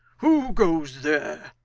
who goes there